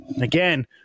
again